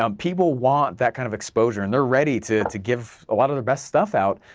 um people want that kind of exposure and they're ready to to give a lot of the best stuff out,